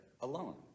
alone